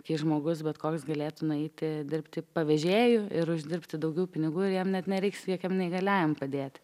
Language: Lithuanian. kai žmogus bet koks galėtų nueiti dirbti pavėžėju ir uždirbti daugiau pinigų ir jam net nereiks jokiam neįgaliajam padėti